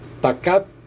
takat